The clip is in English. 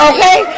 Okay